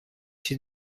she